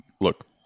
look